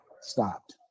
stopped